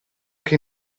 che